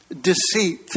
deceit